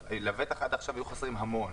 אבל לבטח עד עכשיו היו חסרים המון.